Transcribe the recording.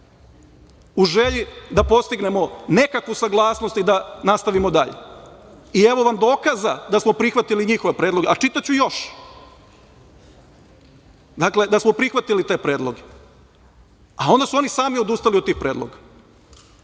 u želji da postignemo nekakvu saglasnost i da nastavimo dalje. I evo vam dokaza da smo prihvatili njihove predloge, čitaću još, a onda su oni sami odustali od tih predloga,